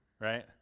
right